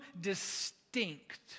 distinct